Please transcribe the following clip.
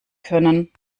können